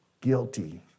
guilty